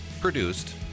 produced